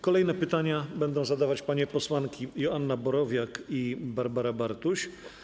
Kolejne pytania będą zadawać panie posłanki Joanna Borowiak i Barbara Bartuś.